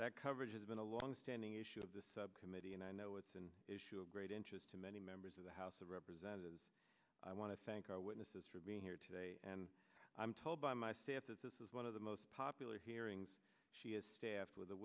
that coverage has been a longstanding issue of the subcommittee and i know it's an issue of great interest to many members of the house of representatives i want to thank our witnesses for being here today and i'm told by my staff that this is one of the most popular hearings she has staff with a